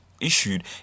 issued